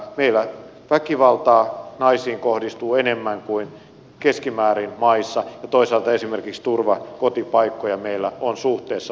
meillä väkivaltaa naisiin kohdistuu enemmän kuin maissa keskimäärin ja toisaalta esimerkiksi turvakotipaikkoja meillä on suhteessa vähemmän